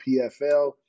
PFL